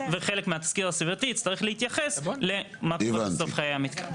וחלק מהתזכיר הסביבתי יצטרך להתייחס למה שקורה בסוף חיי המתקן.